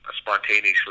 spontaneously